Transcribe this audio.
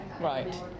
Right